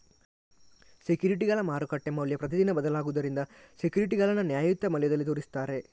ಸೆಕ್ಯೂರಿಟಿಗಳ ಮಾರುಕಟ್ಟೆ ಮೌಲ್ಯ ಪ್ರತಿದಿನ ಬದಲಾಗುದರಿಂದ ಸೆಕ್ಯೂರಿಟಿಗಳನ್ನ ನ್ಯಾಯಯುತ ಮೌಲ್ಯದಲ್ಲಿ ತೋರಿಸ್ತಾರೆ